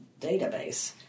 database